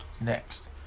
next